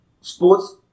sports